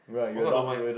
don't mind